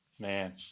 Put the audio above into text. Man